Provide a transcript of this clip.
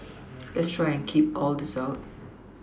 let's try and keep all this out